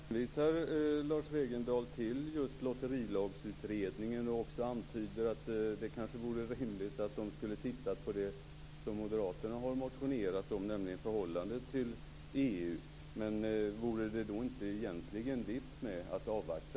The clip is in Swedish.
Fru talman! Nu hänvisar Lars Wegendal till just Lotterilagsutredningen och antyder att det kanske vore rimligt att den skulle titta på det som moderaterna har motionerat om, nämligen förhållandet till EU. Men vore det inte egentligen vits med att avvakta